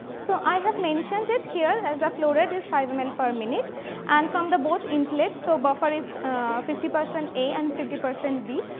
so, i have mentioned it here as a flow rate is five ml per minute and from the both inlets. so, buffer is fifty percent a and fifty percent b.